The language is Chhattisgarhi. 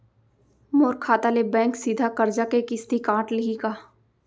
मोर खाता ले बैंक सीधा करजा के किस्ती काट लिही का?